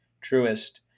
truest